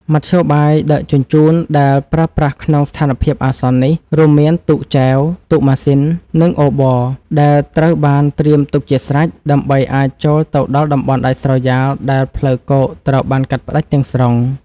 មធ្យោបាយដឹកជញ្ជូនដែលប្រើប្រាស់ក្នុងស្ថានភាពអាសន្ននេះ រួមមានទូកចែវ ទូកម៉ាស៊ីន និងអូប័រ ដែលត្រូវបានត្រៀមទុកជាស្រេច ដើម្បីអាចចូលទៅដល់តំបន់ដាច់ស្រយាលដែលផ្លូវគោកត្រូវបានកាត់ផ្ដាច់ទាំងស្រុង។